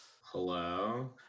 Hello